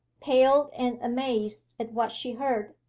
pale and amazed at what she heard,